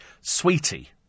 sweetie